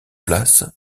place